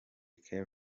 keri